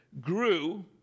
grew